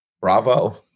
bravo